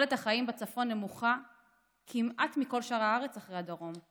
תוחלת החיים בצפון נמוכה כמעט מבכל שאר הארץ אחרי הדרום,